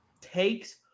takes